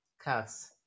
Cats